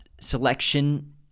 selection